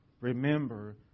remember